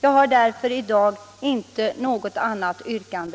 Jag har därför i dag inte något annat yrkande